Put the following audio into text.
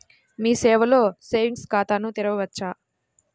మీ సేవలో సేవింగ్స్ ఖాతాను తెరవవచ్చా?